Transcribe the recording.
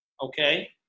Okay